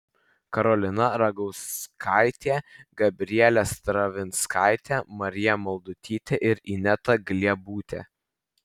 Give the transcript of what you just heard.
karolina ragauskaitė gabrielė stravinskaitė marija maldutytė ir ineta gliebutė